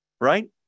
right